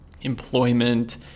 employment